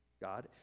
God